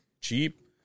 cheap